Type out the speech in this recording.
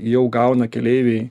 jau gauna keleiviai